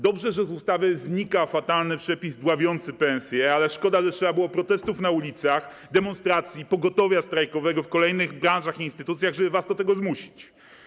Dobrze, że z ustawy znika fatalny przepis dławiący pensje, ale szkoda, że trzeba było protestów na ulicach, demonstracji, pogotowia strajkowego w kolejnych branżach i instytucjach, żeby was do tego zmusić.